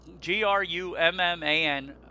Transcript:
G-R-U-M-M-A-N